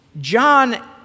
John